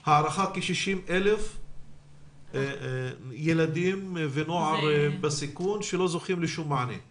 על כ-60,000 ילדים ונוער בסיכון שלא זוכים למענה כלשהו,